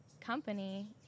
company